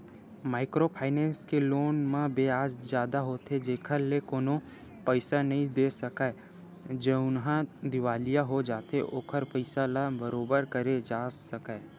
micro finance के loan म बियाज जादा लेथे जेखर ले कोनो पइसा नइ दे सकय जउनहा दिवालिया हो जाथे ओखर पइसा ल बरोबर करे जा सकय